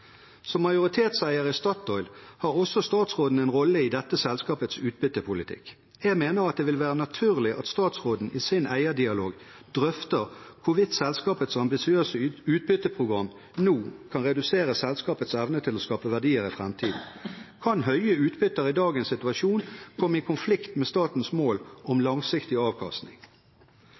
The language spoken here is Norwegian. Som majoritetseier i Statoil har også statsråden en rolle i dette selskapets utbyttepolitikk. Jeg mener det vil være naturlig at statsråden i sin eierdialog drøfter hvorvidt selskapets ambisiøse utbytteprogram nå kan redusere selskapets evne til å skape verdier i framtiden. Kan høye utbytter i dagens situasjon komme i konflikt med statens mål om langsiktig avkastning?